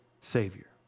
Savior